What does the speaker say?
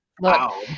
Wow